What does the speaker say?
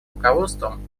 руководством